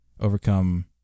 overcome